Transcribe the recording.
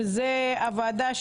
שזו הוועדה,